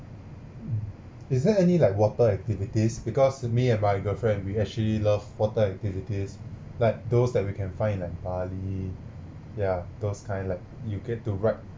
is there any like water activities because me and my girlfriend we actually love water activities like those that we can find in like bali ya those kind like you get to ride